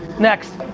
next.